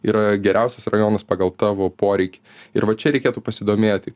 yra geriausias rajonas pagal tavo poreikį ir va čia reikėtų pasidomėti